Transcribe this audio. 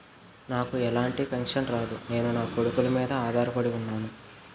నాకు ఎలాంటి పెన్షన్ రాదు నేను నాకొడుకుల మీద ఆధార్ పడి ఉన్నాను